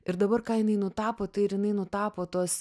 ir dabar ką jinai nutapo tai ir jinai nutapo tuos